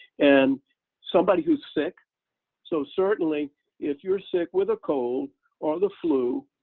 and somebody who's sick so certainly if you're sick with a cold or the flu,